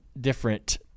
different